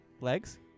Legs